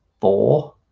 four